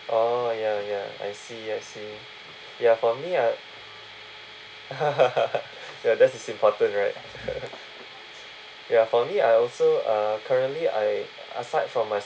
oh ya ya I see I see ya for me ah ya that is important right ya for me I also uh currently I aside from my